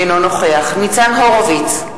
אינו נוכח ניצן הורוביץ,